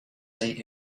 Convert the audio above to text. saint